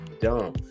dumb